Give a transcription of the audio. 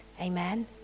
amen